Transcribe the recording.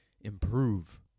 improve